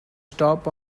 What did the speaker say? stop